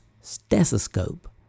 stethoscope